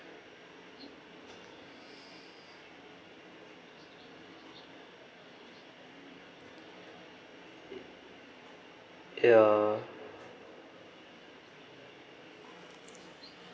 ya